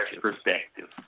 perspective